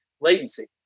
latency